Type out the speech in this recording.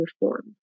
reformed